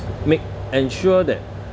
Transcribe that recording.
make ensure that